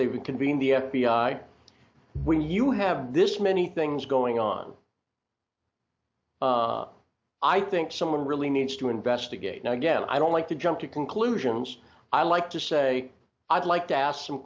reconvene the f b i when you have this many things going on i think someone really needs to investigate and again i don't like to jump to conclusions i like to say i'd like to ask some